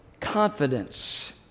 confidence